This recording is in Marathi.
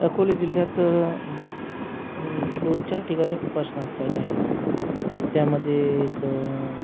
अकोला जिल्ह्यात दोनचार ठिकाणी उपासना स्थळे आहेत त्यामध्ये एक